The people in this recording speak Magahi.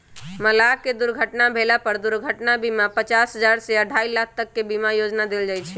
मलाह के दुर्घटना भेला पर दुर्घटना बीमा पचास हजार से अढ़ाई लाख तक के बीमा योजना देल जाय छै